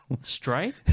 straight